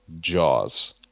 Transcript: Jaws